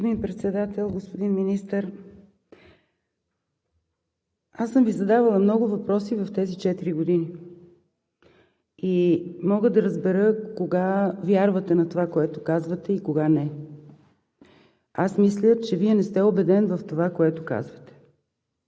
Господин Председател, господин Министър! Аз съм Ви задавала много въпроси в тези четири години и мога да разбера кога вярвате на това, което казвате, и кога – не. Аз мисля, че Вие не сте убеден в това, което казвате.